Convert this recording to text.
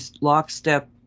lockstep